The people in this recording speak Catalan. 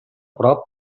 prop